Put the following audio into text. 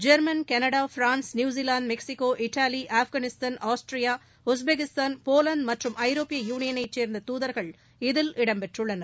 German Canada France New Zealand Mexico Italy Afghanistan Austria Uzbekistan Poland மற்றும் ஐரோப்பிய யூவியனை சேர்ந்த தூதர்கள் இதில் இடம் பெற்றுள்ளனர்